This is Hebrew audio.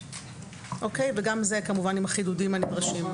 גם זה כמובן עם החידודים הנדרשים.